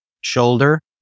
shoulder